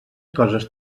coses